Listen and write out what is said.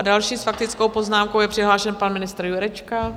Další s faktickou poznámkou je přihlášen pan ministr Jurečka.